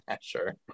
Sure